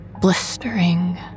blistering